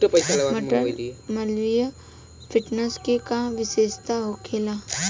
मटर मालवीय फिफ्टीन के का विशेषता होखेला?